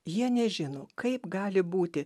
jie nežino kaip gali būti